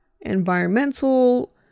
environmental